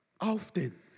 often